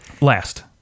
Last